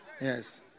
Yes